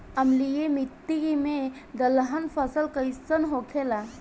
अम्लीय मिट्टी मे दलहन फसल कइसन होखेला?